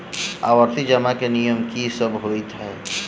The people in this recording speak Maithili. आवर्ती जमा केँ नियम की सब होइ है?